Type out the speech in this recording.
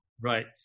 right